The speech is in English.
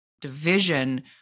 division